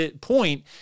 point